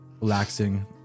relaxing